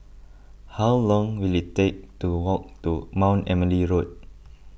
how long will it take to walk to Mount Emily Road